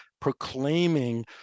proclaiming